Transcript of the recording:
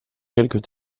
quelques